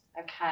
okay